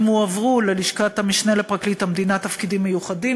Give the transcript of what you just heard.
הן הועברו ללשכת המשנה לפרקליט המדינה (תפקידים מיוחדים),